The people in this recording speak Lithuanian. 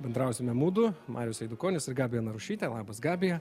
bendrausime mudu marius eidukonis ir gabija narušytė labas gabija